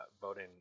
voting